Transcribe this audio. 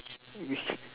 you see